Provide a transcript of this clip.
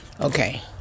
okay